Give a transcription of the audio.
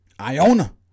Iona